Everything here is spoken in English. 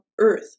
Earth